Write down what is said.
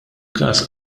każ